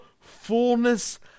fullness